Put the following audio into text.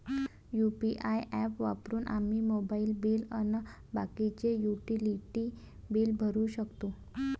UPI app वापरून आम्ही mobile bill अन बाकीचे युटिलिटी बिल भरू शकतो